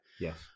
yes